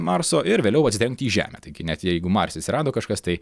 marso ir vėliau atsitrenkti į žemę taigi net jeigu marse atsirado kažkas tai